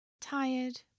tired